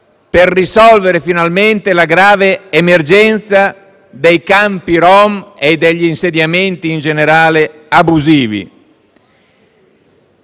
per risolvere finalmente la grave emergenza dei campi rom e degli insediamenti abusivi